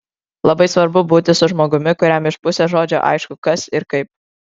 labai svarbu būti su žmogumi kuriam iš pusės žodžio aišku kas ir kaip